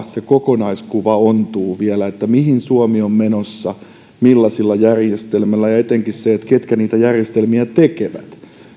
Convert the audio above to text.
se kokonaiskuva ontuu vielä mihin suomi on menossa millaisilla järjestelmillä ja ja etenkin se ketkä niitä järjestelmiä tekevät